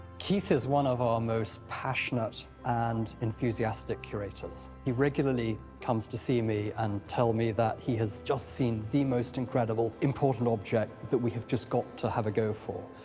keith is one of our most passionate and enthusiastic curators. he regularly comes to see me and tell me that he has just seen the most incredible, important object that we have just got to have a go for.